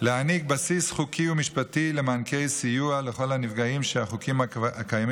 להעניק בסיס חוקי ומשפטי למענקי סיוע לכל הנפגעים שהחוקים הקיימים